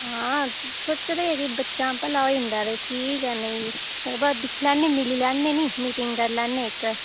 हा सोच्चै दी ही कि बच्चें दा भला होई जंदा ते ठीक ऐ नेईं बा दिक्खी लैन्नी मिली लैन्नी निं मीटिंग करी लैन्नी इक